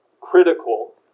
critical